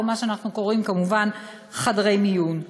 או מה שאנחנו קוראים כמובן חדרי מיון,